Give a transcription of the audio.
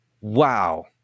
Wow